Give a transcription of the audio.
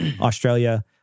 Australia